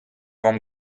vamm